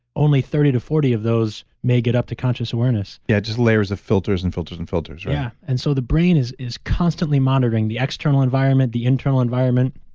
only thirty to forty of those may get up to conscious awareness yeah, just layers of filters, and filters, and filters, right? yeah, and so the brain is constantly constantly monitoring the external environment, the internal environment,